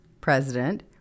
president